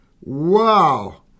Wow